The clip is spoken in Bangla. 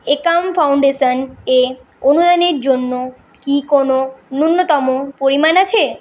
একাম ফাউন্ডেশন এ অনুদানের জন্য কি কোনও ন্যূনতম পরিমাণ আছে